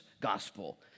gospel